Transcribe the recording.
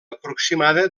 aproximada